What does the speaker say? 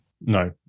No